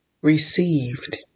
received